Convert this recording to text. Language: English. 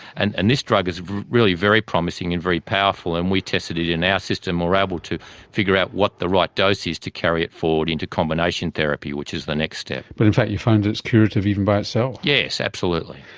and and this drug is really very promising and very powerful and we tested it in our system and we were able to figure out what the right dose is to carry it forward into combination therapy, which is the next step. but in fact you found it's curative even by itself. yes, absolutely.